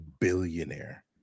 billionaire